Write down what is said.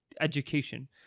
education